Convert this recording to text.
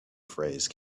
phrase